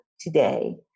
today